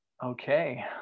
Okay